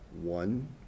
one